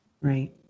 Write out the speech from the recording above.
Right